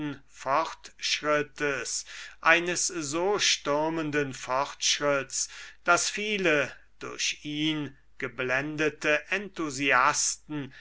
fortschrittes eines so stürmenden fortschritts daß viele durch ihn geblendete enthusiasten